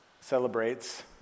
celebrates